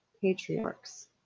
patriarchs